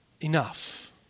enough